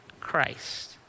Christ